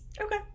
okay